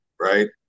right